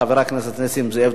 חבר הכנסת נסים זאב.